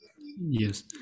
Yes